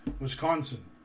Wisconsin